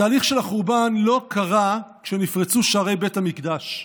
התהליך של החורבן לא קרה כשנפרצו שערי בית המקדש,